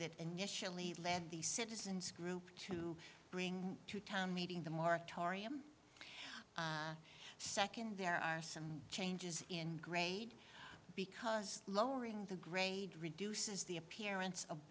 that initially led the citizens group to bring to town meeting the moratorium second there are some changes in grade because lowering the grade reduces the appearance of